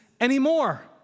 anymore